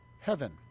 heaven